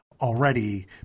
already